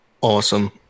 Awesome